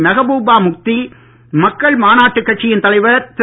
மெஹபூபா முப்தி மக்கள் மாநாட்டுக் கட்சியின் தலைவர் திரு